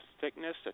thickness